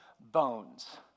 bones